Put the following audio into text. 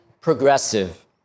progressive